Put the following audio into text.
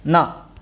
न